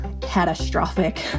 catastrophic